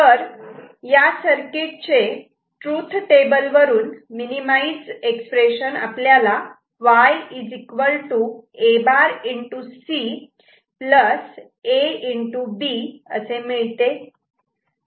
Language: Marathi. तर या सर्किट चे या ट्रूथ टेबल वरून minimise expression Y A' C A B असे आहे